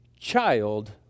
child